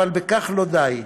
אבל בכך לא די.